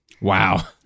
Wow